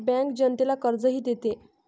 bank जनतेला कर्जही देते